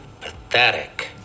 pathetic